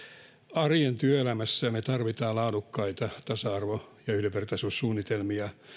arjen työelämässä me tarvitsemme laadukkaita tasa arvo ja yhdenvertaisuussuunnitelmia